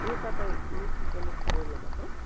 ए तपाईँ न्युट्रिसनिस्ट बोल्नुभको